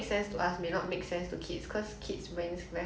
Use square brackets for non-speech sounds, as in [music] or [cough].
[breath]